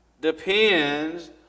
depends